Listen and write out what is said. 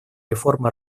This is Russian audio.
реформы